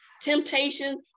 temptation